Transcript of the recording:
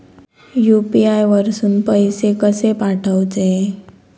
UPI वरसून पैसे कसे पाठवचे?